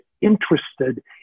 interested